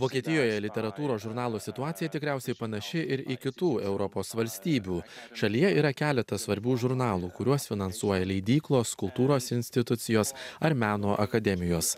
vokietijoje literatūros žurnalų situacija tikriausiai panaši ir į kitų europos valstybių šalyje yra keletas svarbių žurnalų kuriuos finansuoja leidyklos kultūros institucijos ar meno akademijos